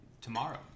tomorrow